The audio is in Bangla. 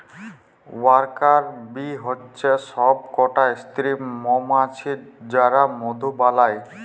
ওয়ার্কার বী হচ্যে সব কটা স্ত্রী মমাছি যারা মধু বালায়